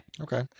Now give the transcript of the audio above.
Okay